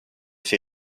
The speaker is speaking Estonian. see